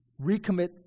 Recommit